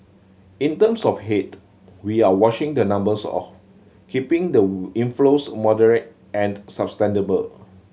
in terms of head we are watching the numbers of keeping the inflows moderate and sustainable